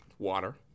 water